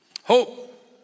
Hope